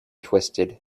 twisted